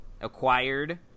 acquired